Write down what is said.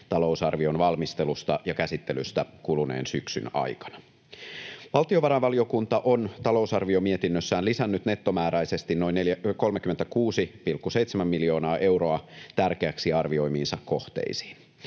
talousarvion valmistelusta ja käsittelystä kuluneen syksyn aikana. Valtiovarainvaliokunta on talousarviomietinnössään lisännyt nettomääräisesti noin 36,7 miljoonaa euroa tärkeäksi arvioimiinsa kohteisiin.